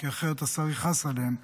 כי אחרת השר יכעס עליהם.